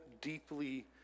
deeply